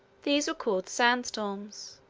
these were called sand-storms.